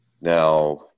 Now